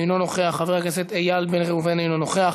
אינו נוכח, חבר הכנסת איל בן ראובן, אינו נוכח,